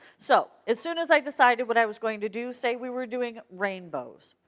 so, as soon as i decided what i was going to do, say we were doing rainbows,